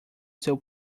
seu